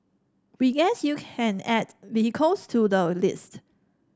we guess you can add vehicles to the list